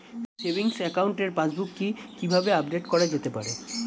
Savings একাউন্টের passbook কি কিভাবে আপডেট করা যেতে পারে?